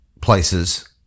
places